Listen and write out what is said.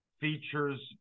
features